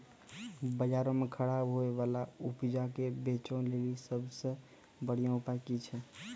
बजारो मे खराब होय बाला उपजा के बेचै लेली सभ से बढिया उपाय कि छै?